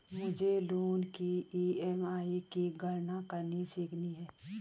मुझे लोन की ई.एम.आई की गणना करनी सीखनी है